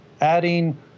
adding